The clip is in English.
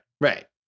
right